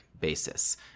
basis